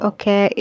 Okay